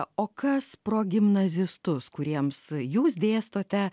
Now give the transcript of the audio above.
o kas progimnazistus kuriems jūs dėstote